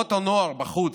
תנועות הנוער בחוץ.